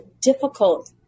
difficult